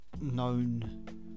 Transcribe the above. known